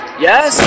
yes